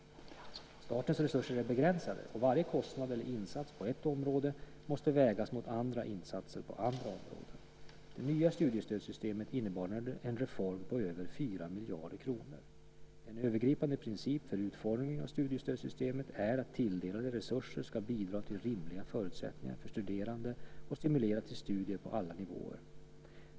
Statens resurser är begränsade, och varje kostnad eller insats på ett område måste vägas mot andra insatser på andra områden. Det nya studiestödssystemet innebar en reform på över 4 miljarder kronor. En övergripande princip för utformningen av studiestödssystemet är att tilldelade resurser ska bidra till rimliga förutsättningar för studerande och stimulera till studier på alla nivåer.